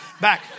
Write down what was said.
back